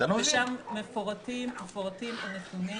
--- שם מפורטים הנתונים,